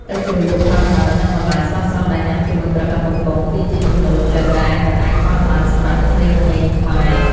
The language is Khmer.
ទឹកជ្រលក់ហឹរៗនិងបន្លែស្រស់ៗដែលញ៉ាំជាមួយប្រហិតបំពងគឺជាចំណូលចិត្តដែលមិនអាចខ្វះបានសម្រាប់ក្មេងៗខ្មែរ។